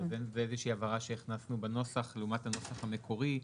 זאת איזושהי הבהרה שהכנסנו בנוסח לעומת הנוסח המקורי,